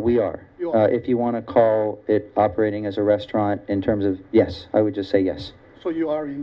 we are if you want to call it operating as a restaurant in terms of yes i would just say yes so you are in